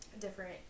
different